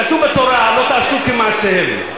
כתוב בתורה "לא תעשו כמעשיהם".